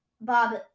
Bob